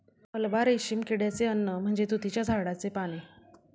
मलबा रेशीम किड्याचे अन्न म्हणजे तुतीच्या झाडाची पाने